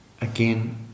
Again